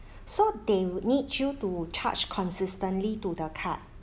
so they would need you to charge consistently to the card